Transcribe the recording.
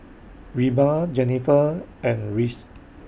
Reba Jenifer and Rhys